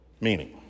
meaning